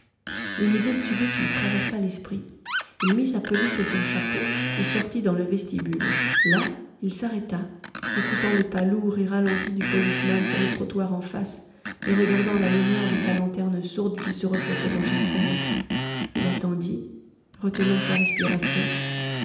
une idée subite lui traversa l'esprit il mit sa pelisse et son chapeau et sortit dans le vestibule là il s'arrêta écoutant le pas lourd et ralenti du policeman sur le trottoir en face et regardant la lumière de sa lanterne sourde qui se reflétait dans une fenêtre il attendit retenant sa respiration